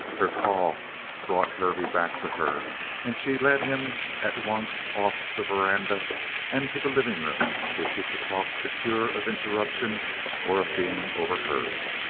her call brought hervey back to her and she led him at once off the veranda and to the living room where she could talk secure of interruption or of being overheard.